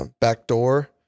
backdoor